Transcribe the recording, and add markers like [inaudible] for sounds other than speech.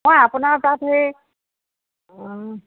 [unintelligible] আপোনাৰ তাত সেই অঁ